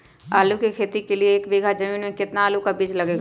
आलू की खेती के लिए एक बीघा जमीन में कितना आलू का बीज लगेगा?